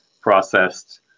processed